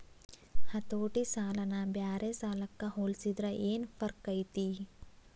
ಹತೋಟಿ ಸಾಲನ ಬ್ಯಾರೆ ಸಾಲಕ್ಕ ಹೊಲ್ಸಿದ್ರ ಯೆನ್ ಫರ್ಕೈತಿ?